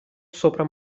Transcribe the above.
sopra